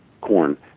corn